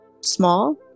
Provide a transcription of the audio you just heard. small